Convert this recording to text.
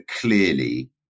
clearly